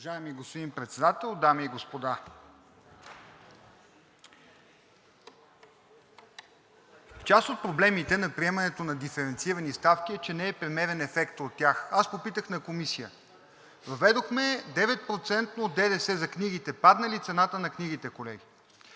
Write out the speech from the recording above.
Уважаеми господин Председател, дами и господа! Част от проблемите на приемането на диференцирани ставки е, че не е премерен ефектът от тях. Аз попитах на Комисия: „Въведохме 9% ДДС за книгите – падна ли цената на книгите, колеги?“